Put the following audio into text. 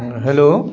hello